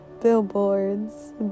billboards